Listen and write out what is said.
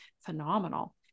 phenomenal